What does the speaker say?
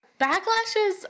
Backlashes